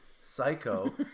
psycho